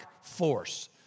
force